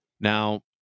Now